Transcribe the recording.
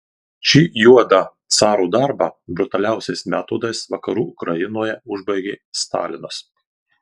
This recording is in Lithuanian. šį juodą caro darbą brutaliausiais metodais vakarų ukrainoje užbaigė stalinas